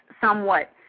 somewhat